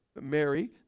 Mary